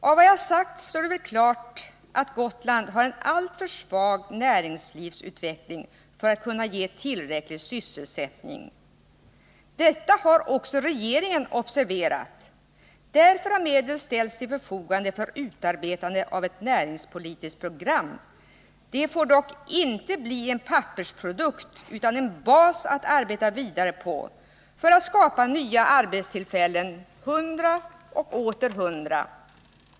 Av vad jag sagt står det väl klart att Gotland har en alltför svag näringslivsutveckling för att ge tillräcklig sysselsättning. Detta har också regeringen observerat. Därför har medel ställts till förfogande för utarbetande av ett näringspolitiskt program. Det får dock inte bli en pappersprodukt utan måste bli en bas att arbeta vidare från för att skapa nya arbetstillfällen — hundra och åter hundra.